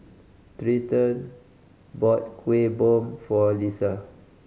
Treyton bought Kueh Bom for Leisa